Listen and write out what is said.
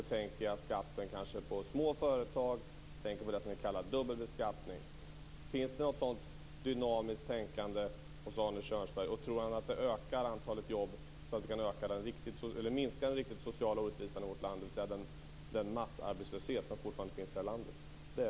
Jag tänker då kanske framför allt på skatten på små företag och på den s.k. dubbelbeskattningen. Finns det ett sådant dynamiskt tänkande hos Arne Kjörnsberg och tror Arne Kjörnsberg att det ökar antalet jobb så att vi kan minska den riktigt stora sociala orättvisan i vårt land, som ju den massarbetslöshet är som fortfarande finns här?